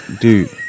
dude